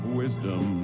wisdom